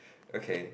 okay